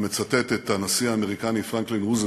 אני מצטט את הנשיא האמריקני פרנקלין רוזוולט,